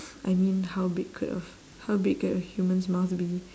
I mean how big could of how big can a human's mouth be